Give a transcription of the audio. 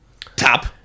top